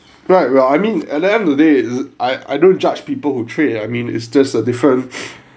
right well I mean at the end of the day I I don't judge people who trade I mean it's just a different